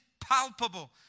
palpable